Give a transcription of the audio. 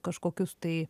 kažkokius tai